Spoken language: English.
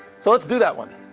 so let's do that one.